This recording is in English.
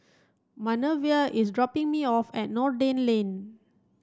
Manervia is dropping me off at Noordin Lane